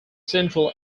central